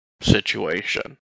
situation